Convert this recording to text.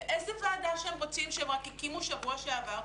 באיזה ועדה שהם רוצים שהם רק הקימו שבוע שעבר,